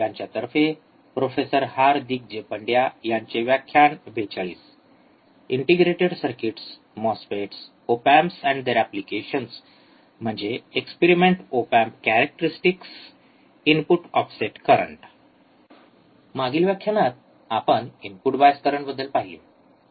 मागील व्याख्यानात आपण इनपुट बायस करंटबद्दल पाहिले